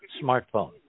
smartphone